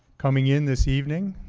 coming in this evening.